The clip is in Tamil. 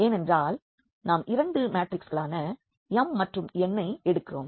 ஏனென்றால் நாம் 2 மேட்ரிக்ஸ்களான m மற்றும் n ஐ எடுக்கிறோம்